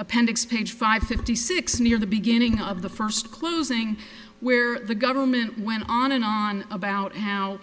appendix page five fifty six near the beginning of the first closing where the government went on and on about how